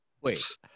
Wait